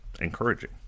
encouraging